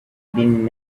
been